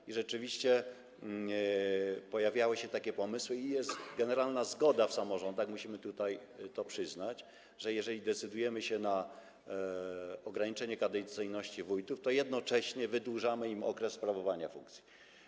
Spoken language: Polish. I rzeczywiście pojawiały się takie pomysły, i jest generalna zgoda w samorządach, musimy tutaj to przyznać, że jeżeli decydujemy się na ograniczenie kadencyjności wójtów, to jednocześnie wydłużamy im okres sprawowania funkcji.